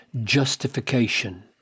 justification